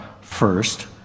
first